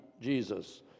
Jesus